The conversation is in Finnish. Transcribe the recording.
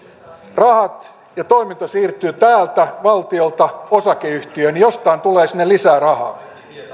rahat ja toiminta siirtyvät täältä valtiolta osakeyhtiöön niin jostain tulee sinne lisää rahaa